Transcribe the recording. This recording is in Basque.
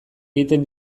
egiten